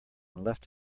left